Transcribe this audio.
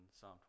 psalm